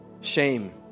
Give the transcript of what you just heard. Shame